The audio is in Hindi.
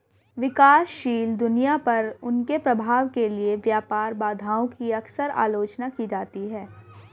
विकासशील दुनिया पर उनके प्रभाव के लिए व्यापार बाधाओं की अक्सर आलोचना की जाती है